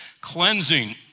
cleansing